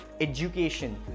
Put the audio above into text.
education